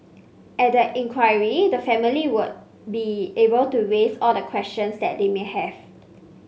at the inquiry the family would be able to raise all the questions that they may have